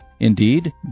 Indeed